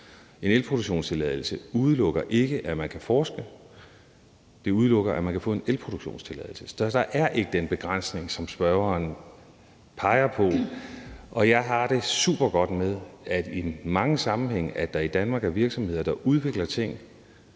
en elproduktionstilladelse. Det udelukker ikke, at man kan forske. Det udelukker, at man kan få en elproduktionstilladelse. Så der er ikke den begrænsning, som spørgeren peger på, og jeg har det supergodt med, at der i mange sammenhænge er virksomheder i Danmark, der udvikler ting,